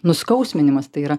nuskausminimas tai yra